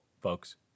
folks